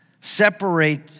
separate